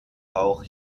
auch